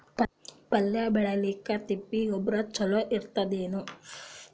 ಪಲ್ಯ ಬೇಳಿಲಿಕ್ಕೆ ತಿಪ್ಪಿ ಗೊಬ್ಬರ ಚಲೋ ಇರತದೇನು?